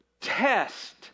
Test